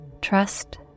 Trust